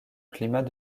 climat